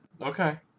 Okay